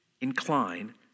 incline